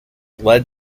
led